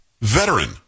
Veteran